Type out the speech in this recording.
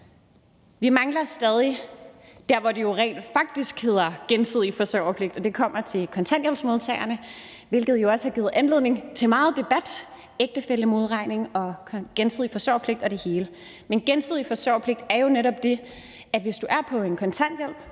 Vi mangler stadig dem hvor det jo rent faktisk hedder gensidig forsørgerpligt. Det kommer til kontanthjælpsmodtagerne, hvilket jo også har givet anledning til meget debat, altså ægtefællemodregning, gensidig forsørgerpligt og det hele. Men gensidig forsøgerpligt er jo netop det, at hvis du er på kontanthjælp